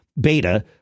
beta